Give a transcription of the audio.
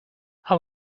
how